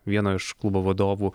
vieno iš klubo vadovų